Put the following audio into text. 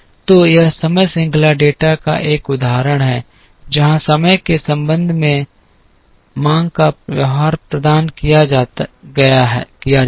तो यह समय श्रृंखला डेटा का एक उदाहरण है जहां समय के संबंध में मांग का व्यवहार प्रदान किया जाता है